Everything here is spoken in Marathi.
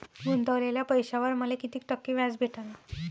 गुतवलेल्या पैशावर मले कितीक टक्के व्याज भेटन?